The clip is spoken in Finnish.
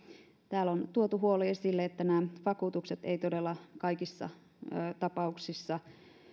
täällä on tuotu huoli esille että nämä vakuutukset eivät todella kaikissa tapauksissa